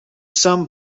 some